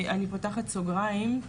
אני פותחת סוגריים,